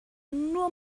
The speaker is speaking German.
nur